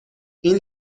این